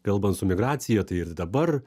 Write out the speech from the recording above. kalbant su migracija tai ir dabar